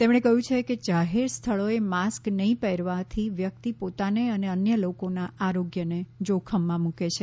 તેમણે કહ્યું છે કે જાહેર સ્થળોએ માસ્ક નહીં પહેરવાથી વ્યક્તિ પોતાને અને અન્ય લોકોના આરોગ્યને જોખમમાં મુકે છે